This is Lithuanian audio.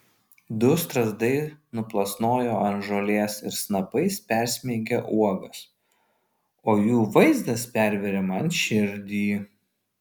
du strazdai nuplasnoja ant žolės ir snapais persmeigia uogas o jų vaizdas perveria man širdį